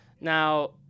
Now